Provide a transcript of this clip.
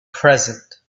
present